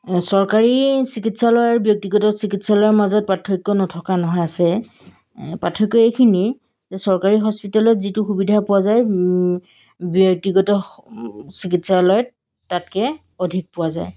চৰকাৰী চিকিৎসালয় আৰু ব্যক্তিগত চিকিৎসালয়ৰ মাজত পাৰ্থক্য নথকা নহয় আছে পাৰ্থক্য এইখিনিয়ে যে চৰকাৰী হস্পিটেলত যিটো সুবিধা পোৱা যায় ব্যক্তিগত চিকিৎসালয়ত তাতকৈ অধিক পোৱা যায়